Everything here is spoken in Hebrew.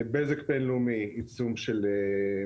על בזק בינלאומי הטלנו עיצום של 166,000